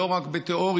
לא רק בתיאוריה,